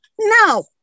Now